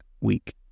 week